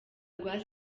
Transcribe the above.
rwa